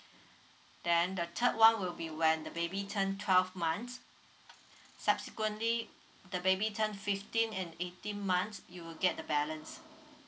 then the third one will be when the baby turn twelve months subsequently the baby turn fifteen and eighteen months you will get the balance